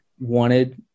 wanted